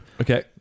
Okay